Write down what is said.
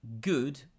good